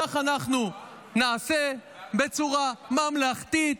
כך נעשה בצורה ממלכתית,